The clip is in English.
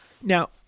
now